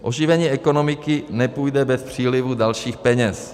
Oživení ekonomiky nepůjde bez přílivu dalších peněz.